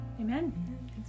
Amen